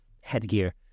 headgear